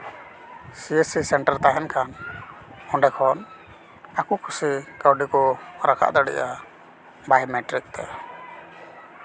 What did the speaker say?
ᱥᱤ S C centre ᱛᱟᱦᱮᱱ ᱠᱷᱟᱱ ᱚᱸᱰᱮ ᱠᱷᱚᱱ ᱟᱠᱚ ᱠᱩᱥᱤ ᱠᱟᱹᱣᱰᱤ ᱠᱚ ᱨᱟᱠᱟᱵ ᱫᱟᱲᱮᱭᱟᱜᱼᱟ ᱵᱟᱭᱳᱢᱮᱴᱨᱤᱠ ᱛᱮ